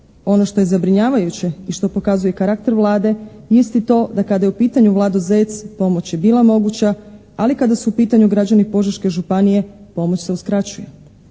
Ono što je zabrinjavajuće i što pokazuje karakter Vlade jest i to da kada je u pitanju Vlado Zec pomoć je bila moguća, ali kada su u pitanju građani Požeške županije pomoć se uskraćuje.